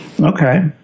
Okay